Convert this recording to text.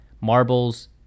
marbles